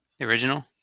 original